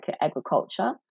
agriculture